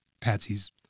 Patsy's